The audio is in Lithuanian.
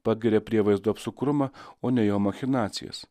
pagiria prievaizdo apsukrumą o ne jo machinacijas